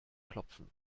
klopfen